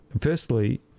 Firstly